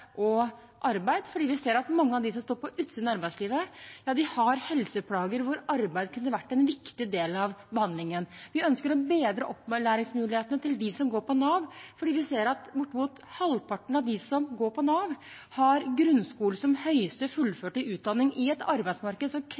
og arbeid, fordi vi ser at mange av dem som står på utsiden av arbeidslivet, har helseplager, og hvor arbeid kunne vært en viktig del av behandlingen. Vi ønsker å bedre opplæringsmulighetene for dem som går på Nav, fordi vi ser at bortimot halvparten av dem som går på Nav, har grunnskole som høyeste fullførte utdanning i et arbeidsmarked som